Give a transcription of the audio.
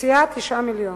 מוציאה 9 מיליונים,